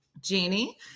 Jeannie